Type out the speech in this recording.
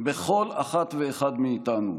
בכל אחת ואחד מאיתנו,